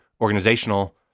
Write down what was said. organizational